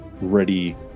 ready